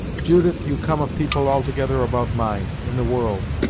judith, you come of people altogether above mine, in the world,